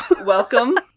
Welcome